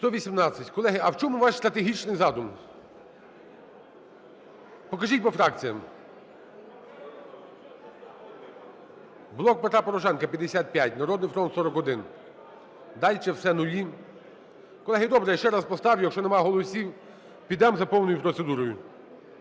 За-118 Колеги, а в чому ваш стратегічний задум? Покажіть по фракціях: "Блок Петра Порошенка" – 55, "Народний фронт" – 41, дальше все – нулі. Колеги, добре! Я ще раз поставлю. Якщо нема голосів, підемо за повною процедурою.